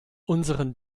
unseren